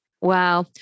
Wow